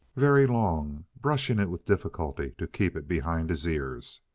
very long, brushing it with difficulty to keep it behind his ears.